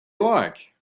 like